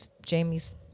jamie's